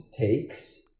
takes